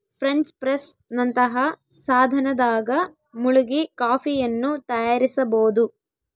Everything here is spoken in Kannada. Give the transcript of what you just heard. ಫ್ರೆಂಚ್ ಪ್ರೆಸ್ ನಂತಹ ಸಾಧನದಾಗ ಮುಳುಗಿ ಕಾಫಿಯನ್ನು ತಯಾರಿಸಬೋದು